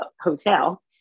hotel